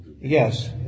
Yes